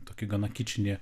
tokį gana kičinį